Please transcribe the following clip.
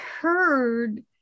heard